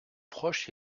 proche